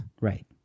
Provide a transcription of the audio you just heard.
Right